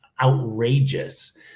outrageous